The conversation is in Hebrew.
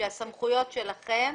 שהסמכויות שלכם